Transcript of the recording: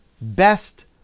best